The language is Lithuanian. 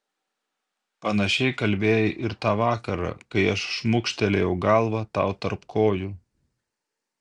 panašiai kalbėjai ir tą vakarą kai aš šmukštelėjau galvą tau tarp kojų